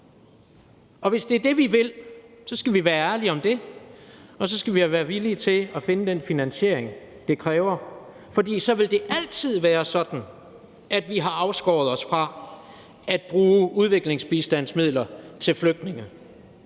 og hvis det er det, vi vil, så skal vi være ærlige om det, og så skal vi jo være villige til at finde den finansiering, det kræver, for så vil det altid være sådan, at vi har afskåret os fra at bruge udviklingsbistandsmidler til flygtninge.